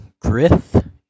Grith